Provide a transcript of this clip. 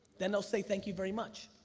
then they'll say thank you very much.